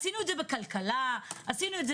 עשינו את זה בכלכלה, עשינו את זה